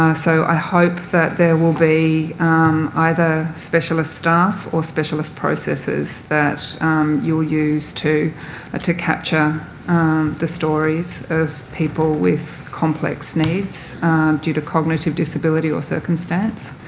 ah so i hope that there will be either specialist staff or specialist processes that you will use to to capture the stories of people with complex needs due to cognitive disability or circumstance.